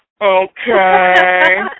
okay